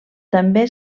també